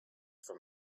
from